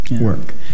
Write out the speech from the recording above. Work